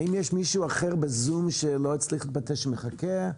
האם יש מישהו בזום שנרשם לדיון שמחכה?